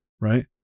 right